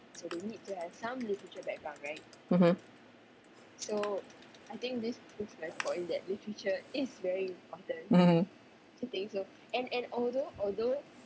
mmhmm mm